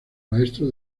maestro